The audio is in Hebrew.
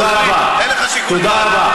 תודה רבה.